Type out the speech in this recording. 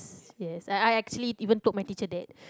yes I I actually even told my teacher that